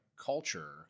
culture